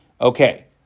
okay